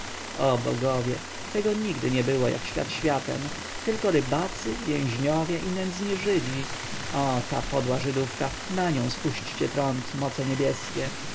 o bogowie tego nigdy nie było jak świat światem tylko rybacy więźniowie i nędzni żydzi o ta podła żydówka na nią spuśćcie trąd moce niebieskie